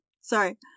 sorry